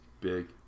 Big